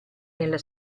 nella